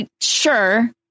Sure